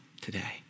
today